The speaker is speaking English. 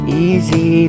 easy